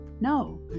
No